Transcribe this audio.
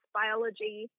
biology